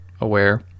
aware